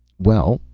well,